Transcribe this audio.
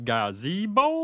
Gazebo